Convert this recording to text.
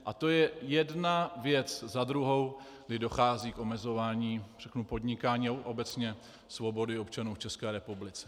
A to je jedna věc za druhou, kdy dochází k omezování podnikání, ale obecně svobody občanů v České republice.